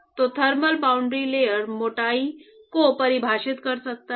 तो thermal boundary layer मोटाई को परिभाषित कर सकता है